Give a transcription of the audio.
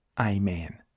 Amen